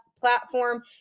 Platform